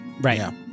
Right